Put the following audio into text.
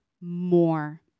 more